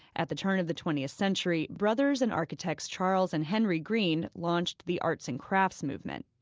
at the turn of the twentieth century, brothers and architects charles and henry greene launched the arts and crafts movement.